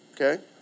okay